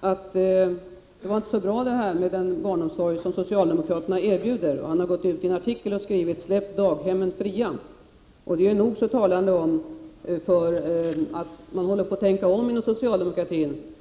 upptäckte han att den barnomsorg som socialdemokraterna erbjuder inte var så bra. I en artikel har han sagt ”släpp daghemmen fria”. Det är nog så talande om att man inom socialdemokratin håller på att tänka om.